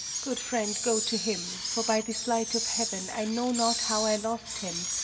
good friend, go to him for by this light of heaven, i know not how i lost him.